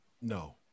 No